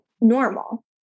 normal